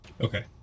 Okay